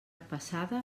passada